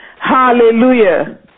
Hallelujah